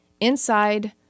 Inside